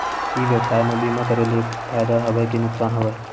ई व्यवसाय म बीमा करे ले फ़ायदा हवय के नुकसान हवय?